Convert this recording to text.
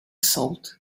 salt